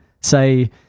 say